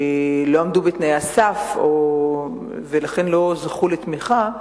לא עמדו בתנאי הסף ולכן לא זכו לתמיכה,